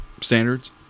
standards